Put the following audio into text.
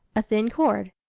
a thin cord.